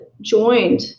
joined